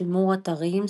שימור אתרים,